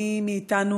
מי מאתנו